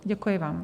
Děkuji vám.